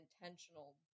intentional